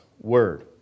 word